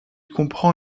comprend